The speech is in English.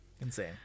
Insane